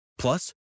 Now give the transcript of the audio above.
Plus